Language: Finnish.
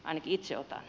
ainakin itse otan